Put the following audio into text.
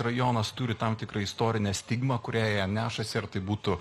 rajonas turi tam tikrą istorinę stigmą kurią jie nešasi ar tai būtų